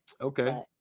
okay